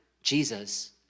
Jesus